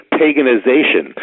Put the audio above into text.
paganization